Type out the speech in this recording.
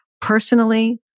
Personally